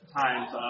times